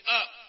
up